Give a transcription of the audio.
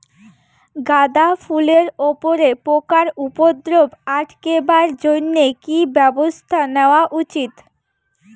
গাঁদা ফুলের উপরে পোকার উপদ্রব আটকেবার জইন্যে কি ব্যবস্থা নেওয়া উচিৎ?